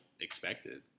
expected